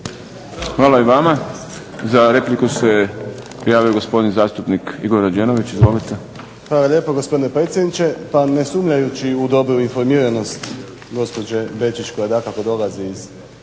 Hvala i vama. Za repliku se javio gospodin zastupnik Igor Rađenović, izvolite. **Rađenović, Igor (SDP)** Hvala lijepo gospodine predsjedniče. Pa ne sumnjajući u dobru informiranost gospođe Bečić koja dakako dolazi iz